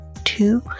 Two